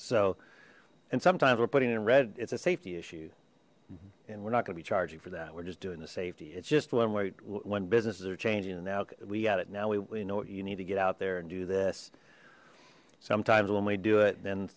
so and sometimes we're putting in red it's a safety issue and we're not gonna be charging for that we're just doing the safety it's just one way when businesses are changing and now we got it now we know what you need to get out there and do this sometimes when we do it then